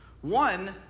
One